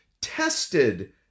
tested